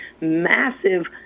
massive